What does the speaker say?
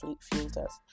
filters